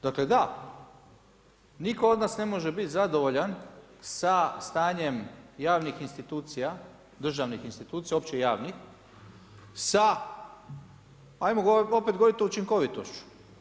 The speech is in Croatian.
Dakle, da, nitko od nas ne može biti zadovoljan sa stanjem javnih institucija, državnih institucija, opće javnih sa ajmo opet govori o učinkovitošću.